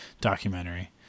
documentary